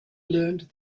learned